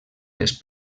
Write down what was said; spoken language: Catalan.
les